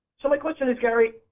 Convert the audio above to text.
so like question is gary